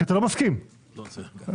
כי אתה לא מסכים לשום דבר,